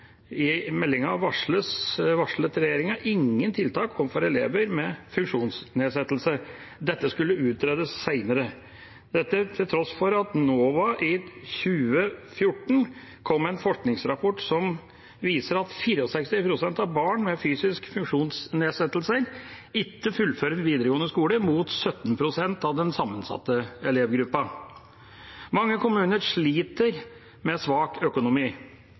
I meldinga varslet regjeringa ingen tiltak overfor elever med funksjonsnedsettelse, dette skulle utredes senere. Dette til tross for at NOVA i 2014 kom med en forskningsrapport som viser at 64 pst. av barn med fysiske funksjonsnedsettelser ikke fullfører videregående skole, mot 17 pst. av den sammensatte elevgruppen. Mange kommuner sliter med svak økonomi.